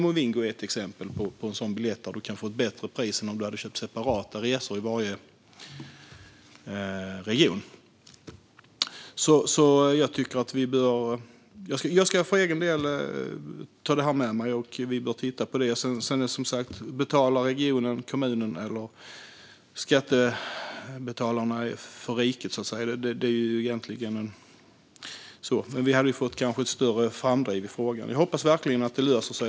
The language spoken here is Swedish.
Movingo är ett exempel på en sådan biljett där man kan få ett bättre pris än om man hade köpt separata resor i varje region. Jag ska för egen del ta det här med mig. Vi bör titta på det. Sedan är frågan som sagt om regionen, kommunen eller skattebetalarna betalar för riket, så att säga. Vi hade kanske kunnat få ett större framåtdriv i frågan. Jag hoppas verkligen att det löser sig.